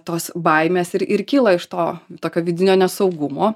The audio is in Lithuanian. tos baimės ir ir kyla iš to tokio vidinio nesaugumo